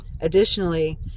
Additionally